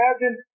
imagine